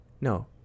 no